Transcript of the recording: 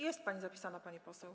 Jest pani zapisana, pani poseł.